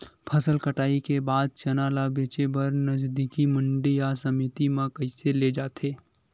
फसल कटाई के बाद चना ला बेचे बर नजदीकी मंडी या समिति मा कइसे ले जाथे?